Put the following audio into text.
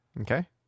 Okay